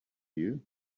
you